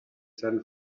san